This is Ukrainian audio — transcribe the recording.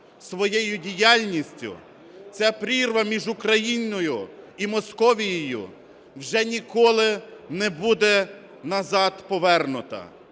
своєю діяльністю. Ця прірва між Україною і Московією вже ніколи не буде назад повернута.